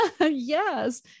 Yes